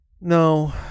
no